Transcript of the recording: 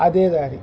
అదే దారి